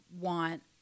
want